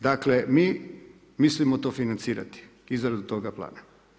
Dakle mi mislimo to financirati izradu toga plana.